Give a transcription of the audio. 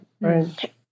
right